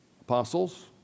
Apostles